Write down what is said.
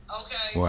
okay